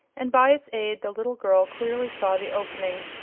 and by its aid the little girl clearly saw the opening.